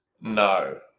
No